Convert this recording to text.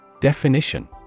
Definition